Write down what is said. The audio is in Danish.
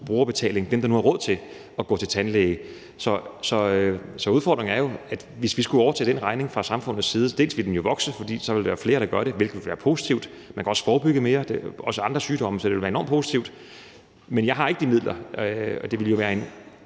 brugerbetaling af dem, der nu har råd til at gå til tandlæge. Så udfordringen er jo, hvis vi skulle overtage den regning fra samfundets side. Den ville også vokse, fordi der ville være flere, der gjorde det, hvilket ville være positivt. Man kan også forebygge mere, også andre sygdomme, så det ville være enormt positivt. Men jeg har ikke de midler, og det ville jo være en